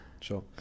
sure